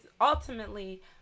ultimately